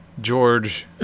George